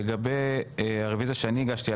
לגבי הרביזיה שאני הגשתי,